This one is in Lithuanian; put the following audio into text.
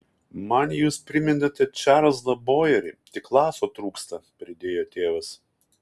man jūs primenate čarlzą bojerį tik laso trūksta pridėjo tėvas